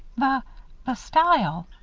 the the style.